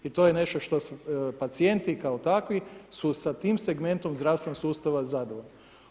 I to je nešto što su, pacijenti kao takvi su sa tim segmentom zdravstvenog sustava zadovoljni.